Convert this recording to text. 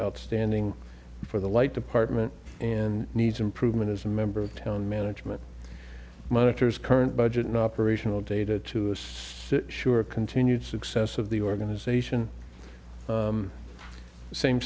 outstanding for the light department and needs improvement as a member of town management monitors current budget in operational data to it sure continued success of the organization same